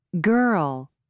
Girl